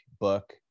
book